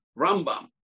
Rambam